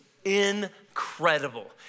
incredible